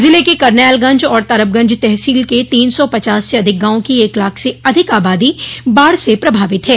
जिले के करनैलगंज और तरबगंज तहसील के तीन सौ पचास से अधिक गांव की एक लाख से अधिक आबादी बाढ़ से प्रभावित है